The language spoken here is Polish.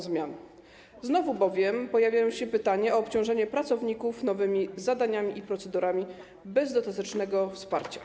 Znowu bowiem pojawiają się pytania o obciążenie pracowników nowymi zadaniami i procedurami bez dostatecznego wsparcia.